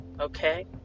okay